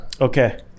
Okay